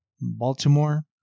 Baltimore